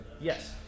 Yes